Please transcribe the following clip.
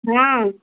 हाँ